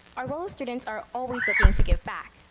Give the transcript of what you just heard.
our willow students are always looking to give back.